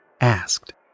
asked